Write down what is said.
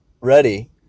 ready